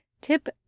tip